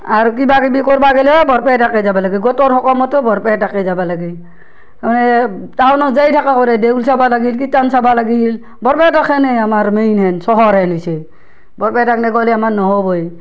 আৰু কিবা কিবি কৰবা গেলিও এই বৰপেটাকে যাব লাগে গোটৰ সকামতো বৰপেটাকে যাব লাগে টাউনত যাই থকা পৰে দেউল চাব লাগিল কীৰ্তন চাব লাগিল বৰপেটাখনে আমাৰ মেইন হেন চহৰ হেন হৈছে বৰপেটাক নেগ'লি আমাৰ নহ'বই